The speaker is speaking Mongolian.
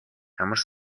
ямар